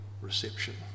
reception